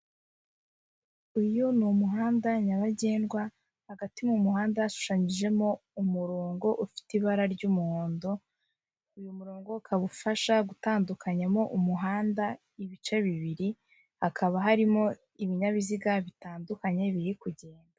Uyu ni umuhanda nyabagendwa, hagati mu muhanda hashushanyijemo umurongo ufite ibara ry'umuhondo, uyu murongo ukaba ufasha gutandukanyamo umuhanda ibice bibiri, hakaba harimo ibinyabiziga bitandukanye biri kugenda.